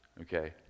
okay